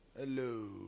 Hello